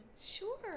Sure